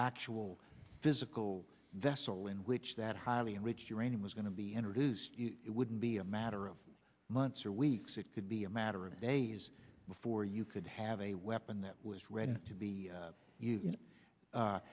actual physical vessel in which that highly enriched uranium was going to be introduced it wouldn't be a matter of months or weeks it could be a matter of days before you could have a weapon that was ready to be you